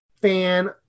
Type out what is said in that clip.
fan